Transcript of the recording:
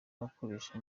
abakoresha